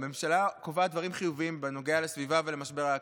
הממשלה קובעת דברים חיוביים בנוגע לסביבה ולמשבר האקלים,